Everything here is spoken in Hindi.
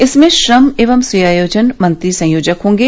इसमें श्रम एवं सेवायोजन मंत्री संयोजक होंगे